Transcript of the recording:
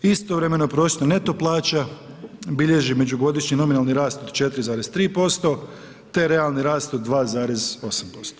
Istovremeno prosječna neto plaća bilježi međugodišnji nominalni rast od 4,3% te realni rast od 2,8%